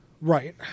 Right